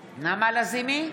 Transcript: לזימי,